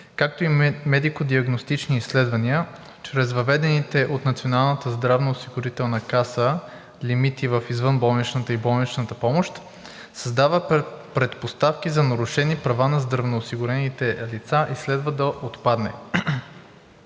както и до медико-диагностични изследвания чрез въведените от Националната здравноосигурителна каса лимити в извънболничната и болничната помощ, създава предпоставки за нарушени права на здравноосигурените лица и следва да отпадне.